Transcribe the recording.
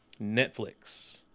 Netflix